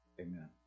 Amen